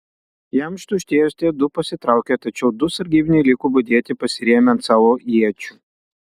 jam ištuštėjus tie du pasitraukė tačiau du sargybiniai liko budėti pasirėmę ant savo iečių